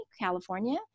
California